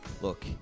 Look